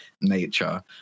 nature